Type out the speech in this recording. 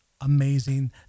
amazing